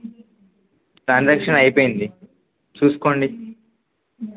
transaction అయిపోయింది చూసుకోండి